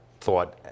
thought